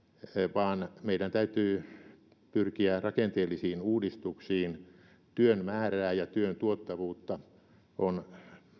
vaan meidän täytyy pyrkiä rakenteellisiin uudistuksiin työn määrää ja työn tuottavuutta on